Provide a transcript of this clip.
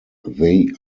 they